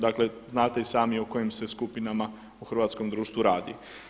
Dakle, znate i sami o kojim se skupinama u hrvatskom društvu radi.